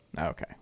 okay